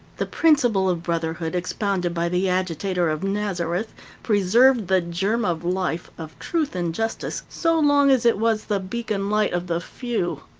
the principle of brotherhood expounded by the agitator of nazareth preserved the germ of life, of truth and justice, so long as it was the beacon light of the few.